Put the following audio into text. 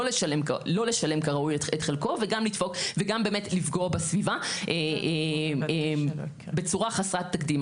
לא לשלם כראוי את חלקו וגם באמת לפגוע בסביבה בצורה חסרת תקדים.